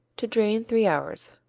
to drain three hours,